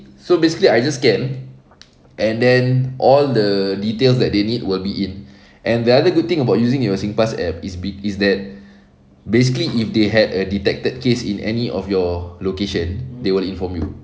so basically I just scan and then all the details that they need will be in and the other good thing about using your singpass app is bit is that basically if they had a detected case in any of your location they will inform you